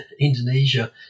Indonesia